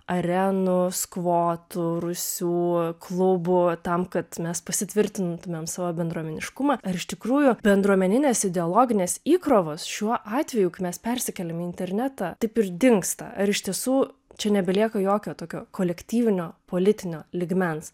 arenos kvotų rūsių klubų tam kad mes pasitvirtintumėm savo bendruomeniškumą ar iš tikrųjų bendruomeninės ideologinės įkrovos šiuo atveju kai mes persikėliam į internetą taip ir dingsta ar iš tiesų čia nebelieka jokio tokio kolektyvinio politinio lygmens